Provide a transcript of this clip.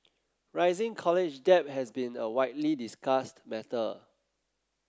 rising college debt has been a widely discussed matter